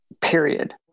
period